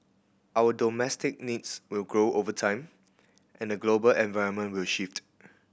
our domestic needs will grow over time and the global environment will shift